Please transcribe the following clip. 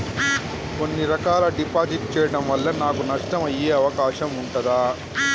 కొన్ని రకాల డిపాజిట్ చెయ్యడం వల్ల నాకు నష్టం అయ్యే అవకాశం ఉంటదా?